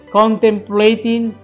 contemplating